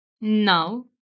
Now